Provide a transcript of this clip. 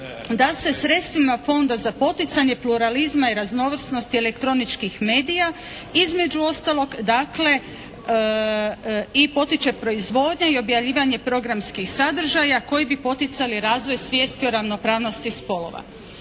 da se sredstvima Fonda za poticanje pluralizma i raznovrsnosti elektroničkih medija između ostalog dakle i potiče proizvodnja i objavljivanje programskih sadržaja koji bi poticali razvoj svijesti o ravnopravnosti spolova.